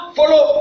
Follow